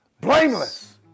blameless